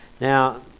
Now